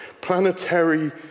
planetary